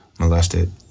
Molested